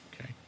Okay